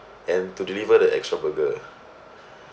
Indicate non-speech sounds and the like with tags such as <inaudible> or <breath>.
and to deliver the extra burger <breath>